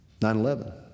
9-11